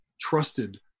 trusted